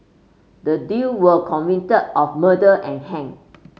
the duo were convicted of murder and hanged